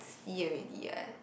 see already eh